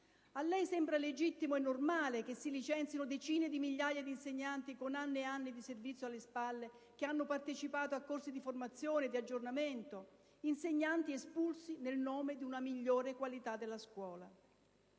A lei sembra legittimo e normale che si licenzino decine di migliaia di insegnanti con anni e anni di servizio alle spalle, che hanno partecipato a corsi di formazione, di aggiornamento? Insegnanti espulsi nel nome di una migliore qualità della scuola!